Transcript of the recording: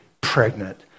pregnant